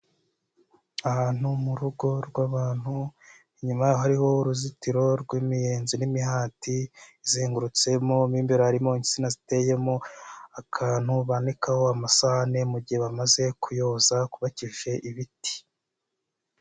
Ahantu mu rugo rw'abantu inyuma yaho hariho uruzitiro rw'imiyenzi n'imihati izengurutsemo, mu imbere harimo insina ziteyemo akantu banikaho amasahane mu gihe bamaze kuyoza kubakishije ibiti.